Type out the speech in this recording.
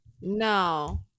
No